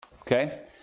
Okay